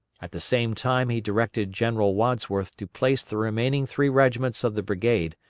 at the same time he directed general wadsworth to place the remaining three regiments of the brigade,